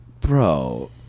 bro